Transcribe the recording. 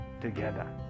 together